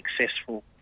successful